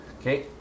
Okay